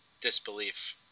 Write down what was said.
disbelief